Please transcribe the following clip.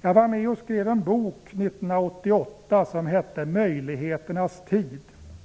Jag var år 1988 med och skrev en bok som hette Möjligheternas tid.